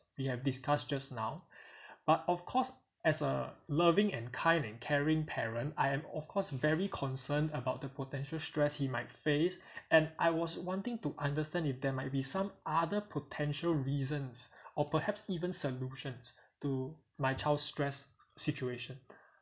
we have discussed just now but of course as a loving and kind and caring parent I am of course very concerned about the potential stress he might face and I was wanting to understand if there might be some other potential reasons or perhaps even solutions to my child's stress situation